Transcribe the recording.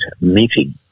meeting